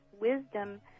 wisdom